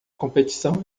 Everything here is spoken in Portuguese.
competição